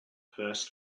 first